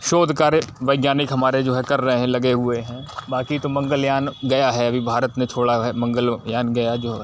शोध कार्य वैज्ञानिक हमारे जो हैं कर रहे हैं लगे हुए हैं बाकि तो मंगलयान गया है अभी भारत ने छोड़ा है मंगलयान गया जो है